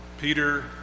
Peter